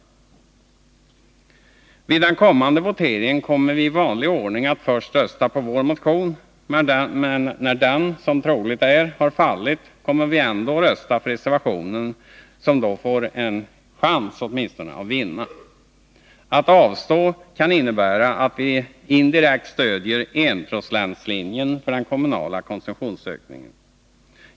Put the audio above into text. Vid den kommande voteringen kommer vi i vanlig ordning att först rösta på vår motion, men när den, som troligt är, har fallit kommer vi att rösta på reservationen, som då får åtminstone en chans att vinna. Att avstå från att rösta kan innebära att vi indirekt stöder enprocentslinjen för den kommunala konsumtionsökningen.